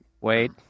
Wait